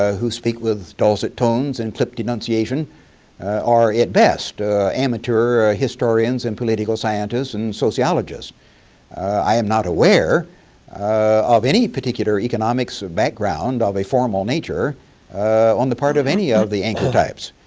ah who speak with dulcet tones and clip denunciation are at best amateur ah historians and political scientists and sociologists i am not aware of any particular economics or background of a formal nature on the part of any of the anchor-types.